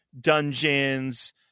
dungeons